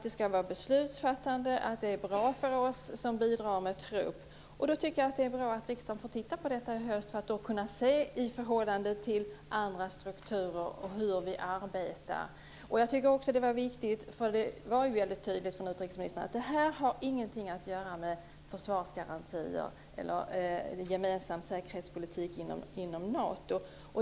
Det skall vara beslutsfattande, och det är bra för oss som bidrar med trupp. Det är bra att riksdagen får titta på detta i höst för att i förhållande till andra strukturer kunna se hur arbetet skall bedrivas. Jag tycker också att det är viktigt - och det sade ju också utrikesministern väldigt tydligt - att detta inte har någonting att göra med försvarsgarantier eller en gemensam säkerhetspolitik inom NATO.